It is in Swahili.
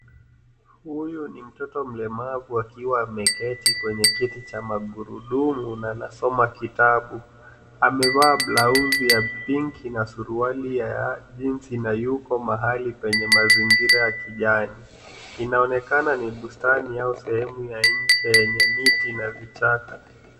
Huyu ni mtoto mlemavu akiwa ameketi kwenye kiti cha magurudumu na anasoma kitabu. Amevaa blauzi ya pinki na suruali ya jinsi na yuko mahali penye mazingira ya kijani. Inaonekana ni bustani au sehemu ya nje yenye miti na vichaka.